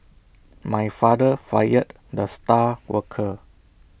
my father fired the star worker